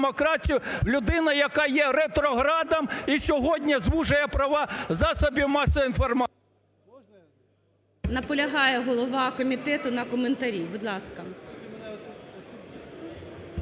людину, яка є ретроградом і сьогодні звужує права засобів масової інформації… ГОЛОВУЮЧИЙ. Наполягає голова комітету на коментарі. Будь ласка.